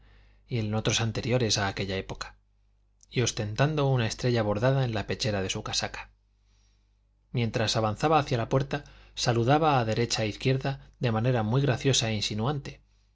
y en otros anteriores a aquella época y ostentando una estrella bordada en la pechera de su casaca mientras avanzaba hacia la puerta saludaba a derecha e izquierda de manera muy graciosa e insinuante